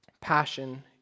passion